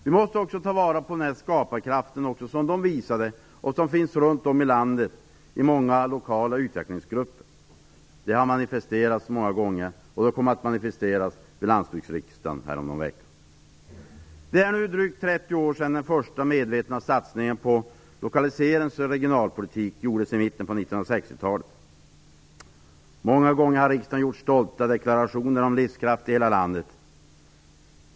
Vi måste ta vara på den skaparkraft som de visade och som också finns runt om i landet i många lokala utvecklingsgrupper. Den har manifesterats många gånger, och den kommer att manifesteras vid lantbruksriksdagen om någon vecka. Det är nu drygt 30 år sedan som den första medvetna satsningen på lokaliserings och regionalpolitik gjordes i mitten på 1960-talet. Många gånger har riksdagen gjort stolta deklarationer om livskraft i hela landet.